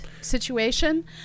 situation